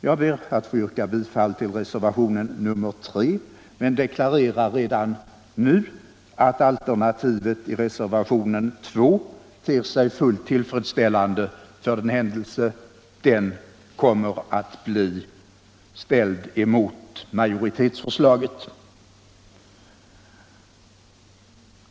Jag ber att få yrka bifall till reservationen 3 men deklarerar redan nu att alternativet i reservationen 2 ter sig fullt tillfredsställande och kan stödjas från moderat håll för den händelse den kommer att bli ställd mot majoritetsförslaget.